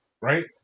Right